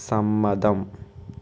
സമ്മതം